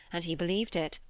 and he believed it.